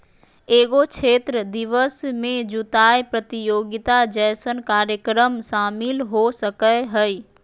एगो क्षेत्र दिवस में जुताय प्रतियोगिता जैसन कार्यक्रम शामिल हो सकय हइ